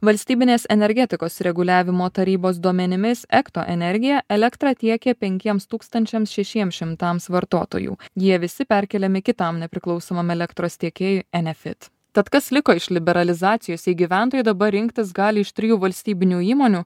valstybinės energetikos reguliavimo tarybos duomenimis ekto energija elektrą tiekė penkiems tūkstančiams šešiems šimtams vartotojų jie visi perkeliami kitam nepriklausomam elektros tiekėjui enefit tad kas liko iš liberalizacijos jei gyventojai dabar rinktis gali iš trijų valstybinių įmonių